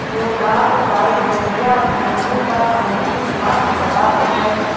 जोडाक बाइबलिया फैमिली का समुद्री खाद्य पदार्थ है